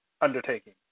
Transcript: undertaking